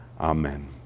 Amen